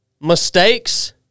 mistakes